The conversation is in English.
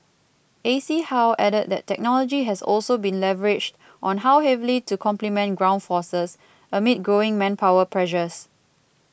A C how added that technology has also been leveraged on heavily to complement ground forces amid growing manpower pressures